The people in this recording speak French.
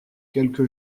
quelque